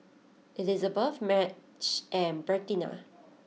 Elizebeth Madge and Bertina